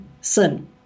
sin